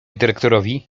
dyrektorowi